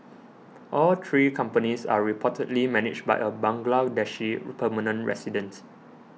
all three companies are reportedly managed by a Bangladeshi permanent resident